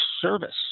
service